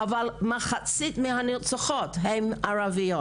אבל מחצית מהנרצחות הן ערביות.